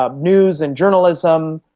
um news and journalism,